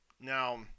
Now